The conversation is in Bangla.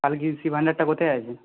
তার কৃষিভাণ্ডারটা কোথায় আছে